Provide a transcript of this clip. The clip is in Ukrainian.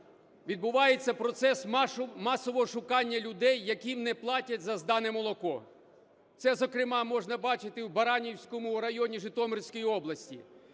відбувається процес масового ошукування людей, яким не платять за здане молоко. Це, зокрема, можна бачити в Баранівському районі Житомирської області.